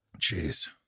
Jeez